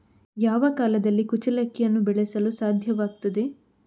ಯಾವ ಕಾಲದಲ್ಲಿ ಕುಚ್ಚಲಕ್ಕಿಯನ್ನು ಬೆಳೆಸಲು ಸಾಧ್ಯವಾಗ್ತದೆ?